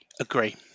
Agree